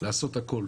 לעשות הכול,